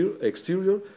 exterior